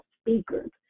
speakers